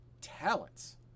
talents